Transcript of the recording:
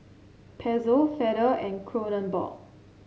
Pezzo Feather and Kronenbourg